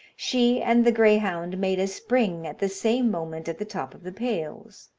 she and the greyhound made a spring at the same moment at the top of the pales.